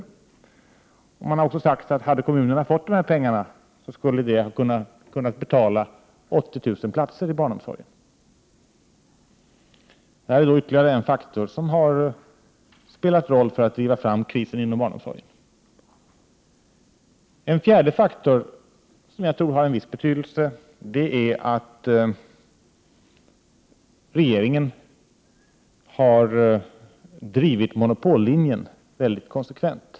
Kommunförbundet har räknat fram att om kommunerna hade fått dessa pengar, skulle de ha kunnat betala 80 000 platser i barnomsorgen. Detta är alltså ytterligare en faktor som spelat en roll för att driva fram krisen inom barnomsorgen. En fjärde faktor som jag tror har en viss betydelse är att regeringen har drivit monopollinjen mycket konsekvent.